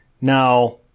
Now